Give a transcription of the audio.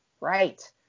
Right